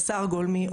בשר גולמי,